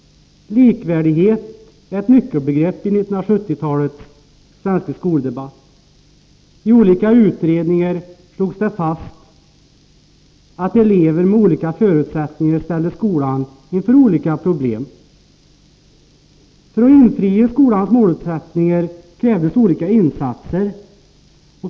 ”Likvärdighet” är ett nyckelbegrepp i 1970-talets svenska skoldebatt. I olika utredningar slogs det fast att elever med olika förutsättningar ställde skolan inför olika problem. För att infria skolans målsättningar krävdes olika insatser.